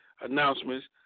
announcements